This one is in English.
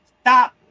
Stop